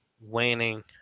waning